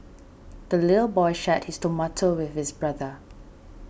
the little boy shared his tomato with his brother